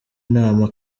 inama